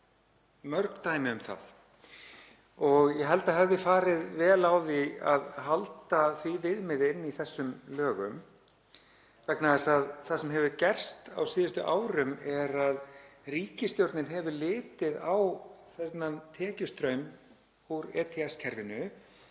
mörg dæmi um það og ég held að það hefði farið vel á því að halda því viðmiði í þessum lögum vegna þess að það sem hefur gerst á síðustu árum er að ríkisstjórnin hefur litið á þennan tekjustraum úr ETS-kerfinu